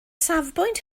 safbwynt